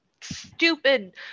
stupid